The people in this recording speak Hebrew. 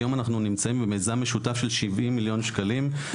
היום אנחנו נמצאים עם מיזם משותף של 70 מיליון שקלים,